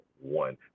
one